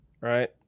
right